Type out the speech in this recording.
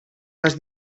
les